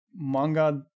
manga